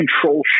control